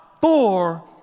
four